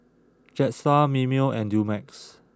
Jetstar Mimeo and Dumex